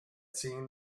seen